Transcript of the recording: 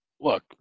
look